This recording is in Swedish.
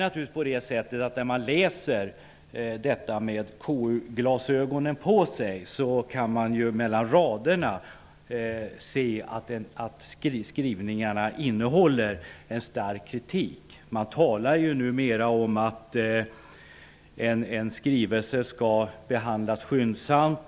Naturligtvis kan man, när man läser detta med KU glasögonen på sig, mellan raderna se att skrivningarna innehåller en stark kritik. Man talar numera om att en skrivelse skall behandlas skyndsamt.